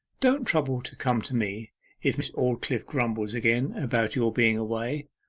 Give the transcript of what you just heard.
don't trouble to come to me if miss aldclyffe grumbles again about your being away,